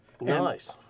Nice